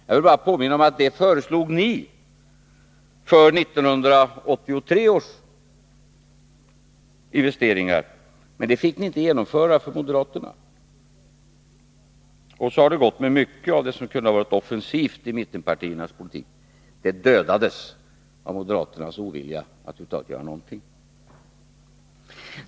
Jag vill bara påminna om att ni föreslog detsamma för 1983 års investeringar, men det fick ni inte genomföra för moderaterna. Så har det gått med mycket av det som hade kunnat vara offensivt i mittenpartiernas politik. Det dödades av moderaternas ovilja att göra någonting över huvud taget.